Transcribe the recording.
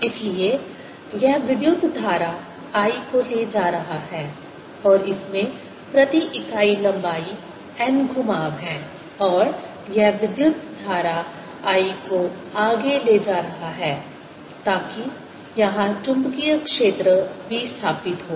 इसलिए यह विद्युत धारा I को ले जा रहा है और इसमें प्रति इकाई लंबाई n घुमाव हैं और यह विद्युत धारा I को आगे ले जा रहा है ताकि यहां चुंबकीय क्षेत्र b स्थापित हो